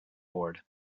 board